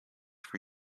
for